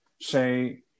say